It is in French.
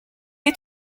est